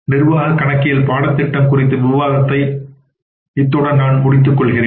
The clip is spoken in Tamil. நிர்வாகக் கணக்கியலின் பாடத்திட்டம் குறித்த விவாதத்தை இத்துடன் நான் முடிக்கிறேன்